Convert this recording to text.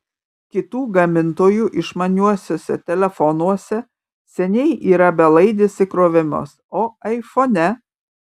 kitų gamintojų išmaniuosiuose telefonuose seniai yra belaidis įkrovimas o aifone